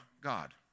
God